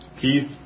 Keith